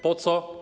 Po co?